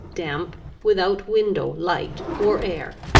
damp, without window, light, or air,